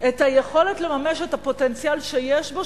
את היכולת לממש את הפוטנציאל שיש בו,